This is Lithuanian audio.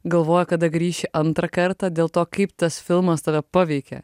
galvoji kada grįši antrą kartą dėl to kaip tas filmas tave paveikė